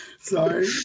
Sorry